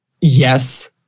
yes